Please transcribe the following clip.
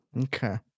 okay